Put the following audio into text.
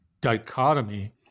dichotomy